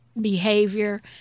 behavior